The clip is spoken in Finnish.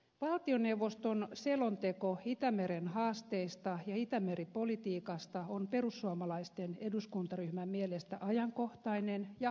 valtioneuvoston selonteko itämeren haasteista ja itämeri politiikasta on perussuomalaisten eduskuntaryhmän mielestä ajankohtainen ja aiheellinen